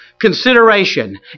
consideration